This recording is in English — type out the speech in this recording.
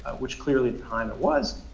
which clearly at the time it was,